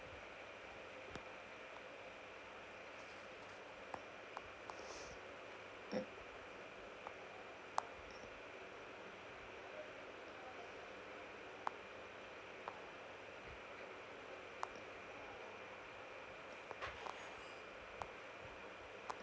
mm